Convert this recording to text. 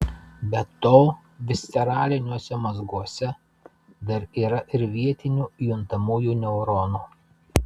be to visceraliniuose mazguose dar yra ir vietinių juntamųjų neuronų